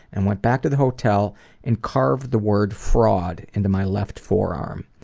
and went back to the hotel and carved the word, fraud into my left forearm.